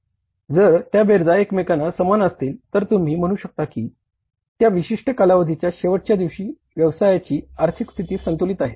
जर त्या बेरजा एकमेकांना समान असतील तर तुम्ही म्हणू शकता की त्या विशिष्ट कालावधीच्या शेवटच्या दिवशी व्यवसायाची आर्थिक स्थिती संतुलित आहे